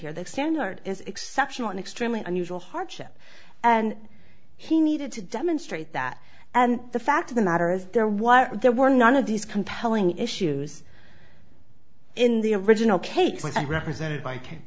here that standard is exceptional and extremely unusual hardship and he needed to demonstrate that and the fact of the matter is there was there were none of these compelling issues in the original case which i represented